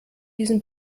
diesem